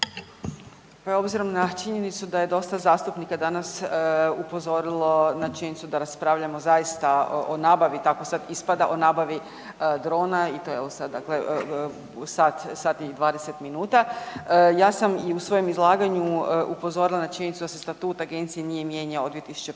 Obzirom na činjenicu da je dosta zastupnika danas upozorilo na činjenicu da raspravljamo zaista o nabavi tako sada ispada o nabavi drona i to je u sat i 20 minuta ja sam i u svojem izlaganju upozorila na činjenicu da se statut agencije nije mijenjao od 2001.